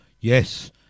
yes